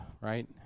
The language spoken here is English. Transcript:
right